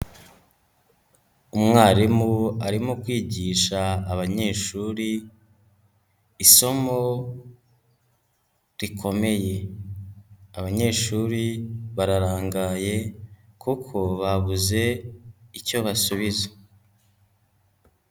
Umwarimu arimo kwigisha abanyeshuri isomo rikomeye, abanyeshuri bararangaye kuko babuze icyo basubiza.